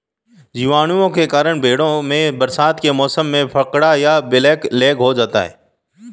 जीवाणुओं के कारण भेंड़ों में बरसात के मौसम में फड़का या ब्लैक लैग हो जाता है